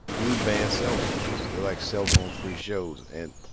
we ban cellphones. they're, like, cellphone-free shows. and,